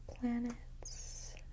Planets